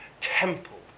temple